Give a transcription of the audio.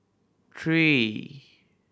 three